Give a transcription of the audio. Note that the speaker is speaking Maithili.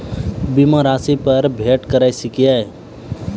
बीमा रासि पर ॠण भेट सकै ये?